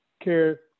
care